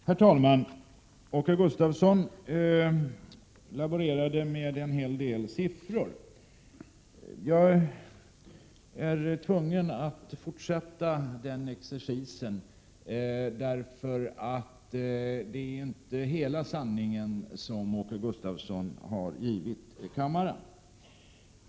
Herr talman! Åke Gustavsson laborerade med en hel del siffror. Jag är tvungen att fortsätta med en sådan exercis, eftersom det inte är hela sanningen som Åke Gustavsson har givit kammaren.